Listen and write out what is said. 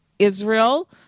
Israel